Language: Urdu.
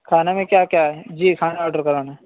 کھانا میں کیا کیا ہے جی کھانا آرڈر کرانا ہے